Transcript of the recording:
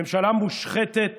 ממשלה מושחתת